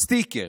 בסטיקר,